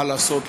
מה לעשות,